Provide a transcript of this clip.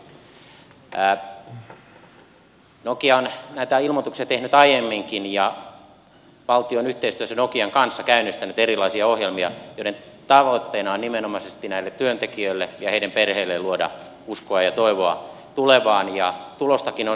nokia on näitä ilmoituksia tehnyt aiemminkin ja valtio on yhteistyössä nokian kanssa käynnistänyt erilaisia ohjelmia joiden tavoitteena on nimenomaisesti näille työntekijöille ja heidän perheilleen luoda uskoa ja toivoa tulevaan ja tulostakin on saavutettu